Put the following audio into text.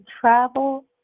travel